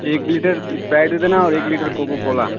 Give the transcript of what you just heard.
एक litre Sprite दे देना और एक लीटर कोको कोला